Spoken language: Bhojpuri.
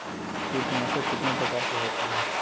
कीटनाशक कितना प्रकार के होखेला?